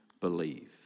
believe